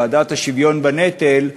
ועדת השוויון בנטל,